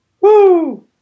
woo